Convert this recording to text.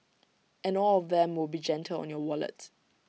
and all of them will be gentle on your wallet